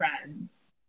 friends